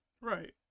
Right